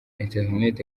internet